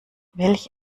welch